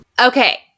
Okay